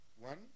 one